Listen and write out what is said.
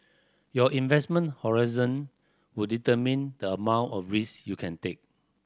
your investment horizon would determine the amount of risk you can take